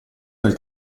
tal